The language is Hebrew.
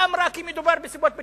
ואמרה כי מדובר בסיבות ביטחוניות.